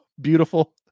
beautiful